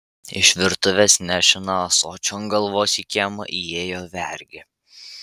iš virtuvės nešina ąsočiu ant galvos į kiemą įėjo vergė